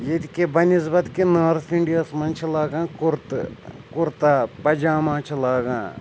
ییٚتہِ کہِ بَنِسبَت کہِ نارٕتھ اِنٛڈیاہَس منٛز چھِ لاگان کُرتہٕ کُرتا پَجاما چھِ لاگان